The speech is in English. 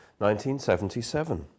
1977